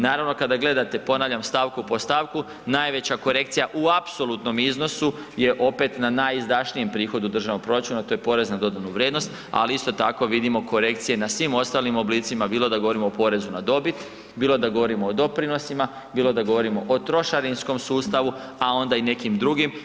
Naravno kada gledate ponavljam, stavku po stavku, najveća korekcija u apsolutnom iznosu je opet na najizdašnijem prihodu državnog proračuna, a to je porez na dodatnu vrijednost ali isto tako vidimo korekcije na svim ostalim oblicima bilo da govorimo o porezu na dobit, bilo da govorimo o doprinosima, bilo da govorimo o trošarinskom sustavu, a onda i nekim drugim.